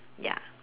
ya